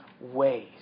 ways